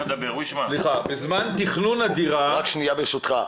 בזמן תכנון הדירה --- רק שניה ברשותך.